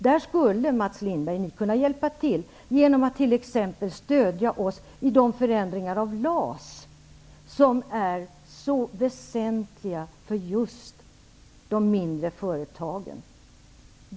Där skulle ni kunna hjälpa till, Mats Lindberg, genom att t.ex. stödja vårt förslag om förändringar i LAS, som är så väsentliga för de mindre företagen.